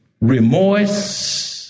remorse